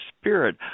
spirit